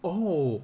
oh